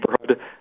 neighborhood